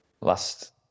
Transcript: last